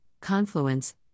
confluence